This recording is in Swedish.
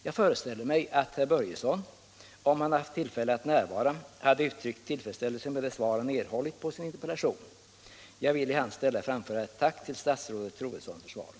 Jag föreställer mig att herr Börjesson, om han haft tillfälle att närvara, hade uttryckt tillfredsställelse med det svar han erhållit på sin inter pellation. Jag vill i hans ställe framföra ett tack till statsrådet Troedsson för svaret.